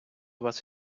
вас